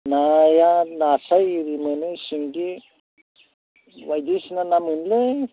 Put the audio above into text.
नाया नास्राय आरि मोनो सिंगि बायदिसिना ना मोनोलै